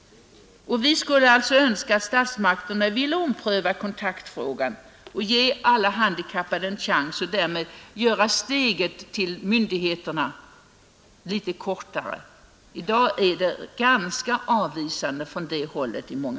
Vi önskar alltså att statsmakterna vill ompröva kontaktfrågan och ge alla handikappade en chans för att därmed göra steget kortare till myndigheterna som i många fall har en avvisande hållning.